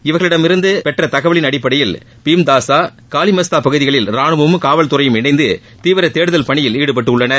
இவர்களிடம் இருந்து பெற்ற தகவலின் அடிப்படையில் பீம்தாசா கலிமஸ்தா பகுதிகளில் ராணுவமும் காவல்துறையும் இணைந்து தீவிர தேடும் பணியில் ஈடுபட்டுள்ளனர்